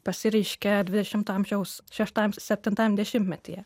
pasireiškė dvidešimto amžiaus šeštajam septintajam dešimtmetyje